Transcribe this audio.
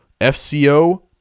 FCO